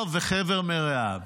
השר וחבר מרעיו.